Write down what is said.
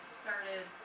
started